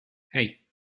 hey